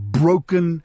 broken